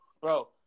bro